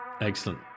excellent